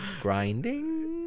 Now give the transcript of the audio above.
grinding